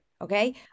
Okay